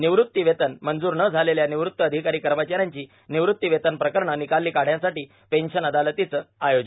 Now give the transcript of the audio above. निवृत्तीवेतन मंजूर न झालेल्या निवृत्त अधिकारी कर्मचाऱ्यांची निवृत्तीवेतन प्रकरणे निकाली काढण्यासाठी पेंशन अदालतचं आयोजन